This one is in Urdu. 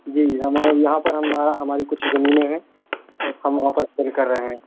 جی جی ہمارا یہاں پر ہماری کچھ زمینیں ہیں ہم وہاں پر سیل کر رہے ہیں